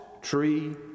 tree